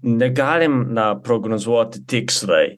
negalim na prognozuot tikslai